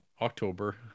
October